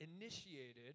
initiated